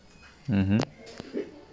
mmhmm